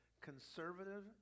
conservative